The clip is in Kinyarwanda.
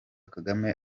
kagame